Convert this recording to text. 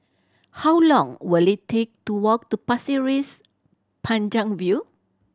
how long will it take to walk to Pasir Panjang View